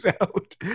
Out